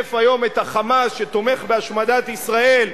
שמשתף היום את ה"חמאס" שתומך בהשמדת ישראל,